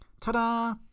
Ta-da